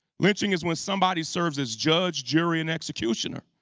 lynching is when somebody serves as judge, jury, and executioner.